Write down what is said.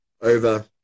over